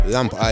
Lamp